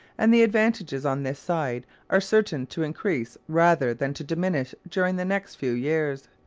and the advantages on this side are certain to increase rather than to diminish during the next few years.